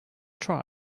try